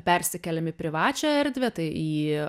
persikėlėm į privačią erdvę tai į